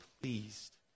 pleased